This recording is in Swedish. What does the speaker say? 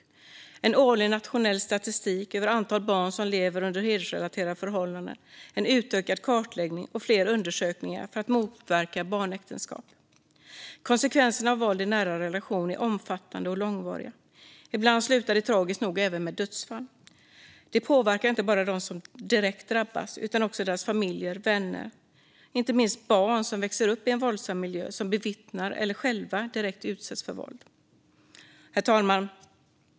Det ska finnas årlig nationell statistik över antalet barn som lever under hedersrelaterade förhållanden, utökad kartläggning och fler undersökningar för att motverka barnäktenskap. Konsekvenserna av våld i nära relation är omfattande och långvariga. Ibland slutar det tragiskt nog även med dödsfall. Det påverkar inte bara dem som drabbas direkt utan också deras familjer och vänner, inte minst barn som växer upp i en våldsam miljö och som bevittnar eller själva utsätts direkt för våld. Herr talman!